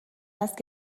است